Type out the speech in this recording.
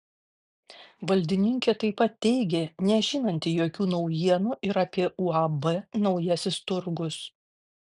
valdininkė taip pat teigė nežinanti jokių naujienų ir apie uab naujasis turgus